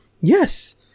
Yes